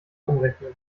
umrechnen